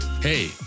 Hey